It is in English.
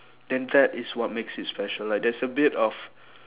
then that is what makes it special like there's a bit of